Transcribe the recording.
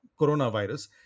coronavirus